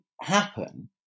happen